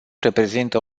reprezintă